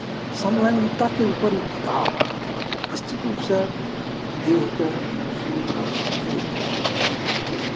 समलैंगिकताके ऊपर ई किताब निश्चित रूपसँ देहके बुझिऔ जे